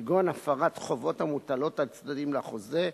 כגון הפרת חובות המוטלות על צדדים לחוזה,